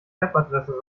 webadresse